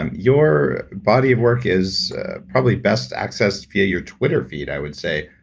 um your body of work is probably best accessed via your twitter feed, i would say.